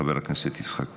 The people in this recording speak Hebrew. חבר הכנסת יצחק פינדרוס,